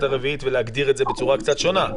הרביעית ולהגדיר את זה בצורה קצת שונה.